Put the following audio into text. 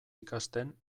ikasten